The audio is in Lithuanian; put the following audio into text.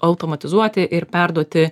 automatizuoti ir perduoti